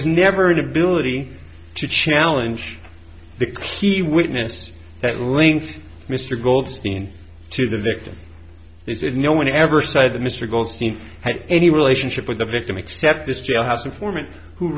was never an ability to challenge the key witness that link mr goldstein to the victim is it no one ever said that mr goldstein had any relationship with the victim except this jailhouse informant who